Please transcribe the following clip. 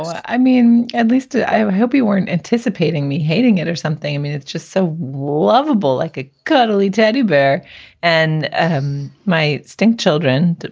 i mean, at least i ah hope you weren't anticipating me hating it or something i mean, it's just so lovable, like a cuddly teddy bear and ah um my stinky children.